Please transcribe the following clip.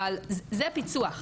אבל זה פיצוח.